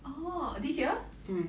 orh this year